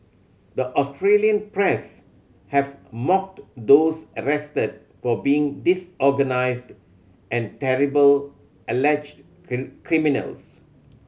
the Australian press have mocked those arrested for being disorganised and terrible alleged criminals